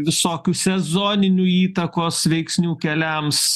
visokių sezoninių įtakos veiksnių keliams